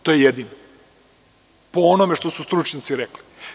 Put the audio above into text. To je jedino, po onome što su stručnjaci rekli.